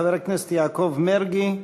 חבר הכנסת יעקב מרגי.